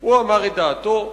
הוא אמר את דעתו,